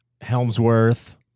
Helmsworth